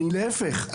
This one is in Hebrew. להיפך,